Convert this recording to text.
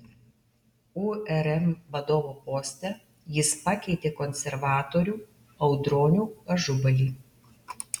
urm vadovo poste jis pakeitė konservatorių audronių ažubalį